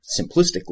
simplistically